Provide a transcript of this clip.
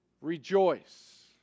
rejoice